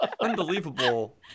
Unbelievable